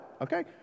okay